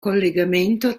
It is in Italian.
collegamento